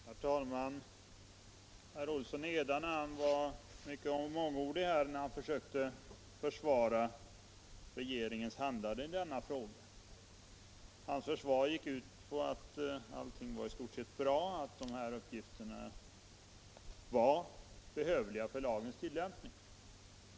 Herr talman! Herr Olsson i Edane var mycket mångordig, när han försökte försvara regeringens handlande i denna fråga. Hans försvar gick ut på att allting i stort sett var bra och att de här uppgifterna var behövliga för lagens tillämpning.